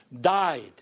died